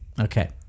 Okay